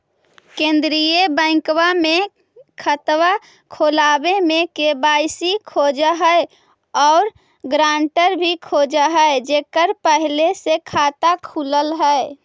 केंद्रीय बैंकवा मे खतवा खोलावे मे के.वाई.सी खोज है और ग्रांटर भी खोज है जेकर पहले से खाता खुलल है?